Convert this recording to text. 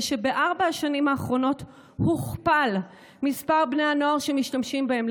ושבארבע השנים האחרונות הוכפל מספר בני הנוער שמשתמשים בהן.